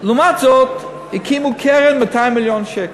לעומת זאת, הקימו קרן של 200 מיליון שקל.